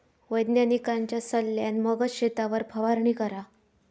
वैज्ञानिकांच्या सल्ल्यान मगच शेतावर फवारणी करा